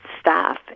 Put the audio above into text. staff